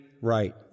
right